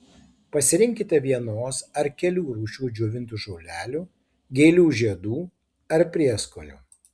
pasirinkite vienos ar kelių rūšių džiovintų žolelių gėlių žiedų ar prieskonių